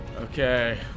Okay